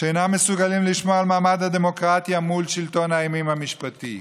שאינם מסוגלים לשמור על מעמד הדמוקרטיה מול שלטון האימים המשפטי.